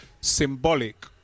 symbolic